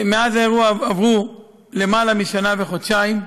מאז האירוע עברו למעלה משנה וחודשיים.